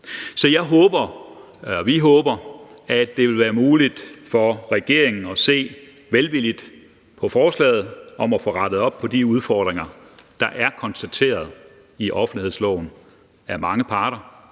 Så vi håber, at det vil være muligt for regeringen at se velvilligt på forslaget om at få rettet op på de udfordringer, der er konstateret i offentlighedsloven af mange parter,